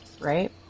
right